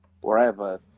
wherever